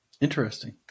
Interesting